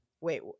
wait